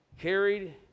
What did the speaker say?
carried